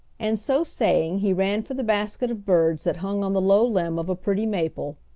and so saying he ran for the basket of birds that hung on the low limb of a pretty maple.